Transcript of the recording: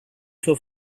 suo